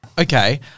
Okay